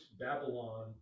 Babylon